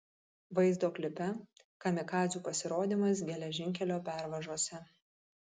vaizdo klipe kamikadzių pasirodymas geležinkelio pervažose